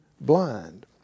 blind